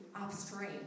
upstream